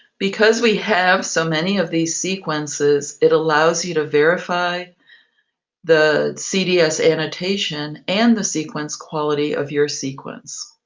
because we have so many of these sequences, it allows you to verify the cds annotation and the sequence quality of your sequence.